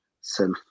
self